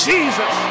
Jesus